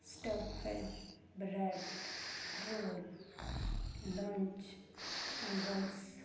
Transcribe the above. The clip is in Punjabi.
Stouffer bread roll lunch evenings